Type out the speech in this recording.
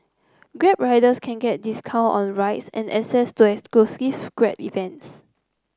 grab riders can get discount on rides and assess to exclusive grab events